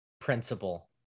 principle